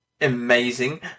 amazing